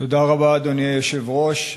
תודה רבה, אדוני היושב-ראש.